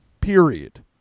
period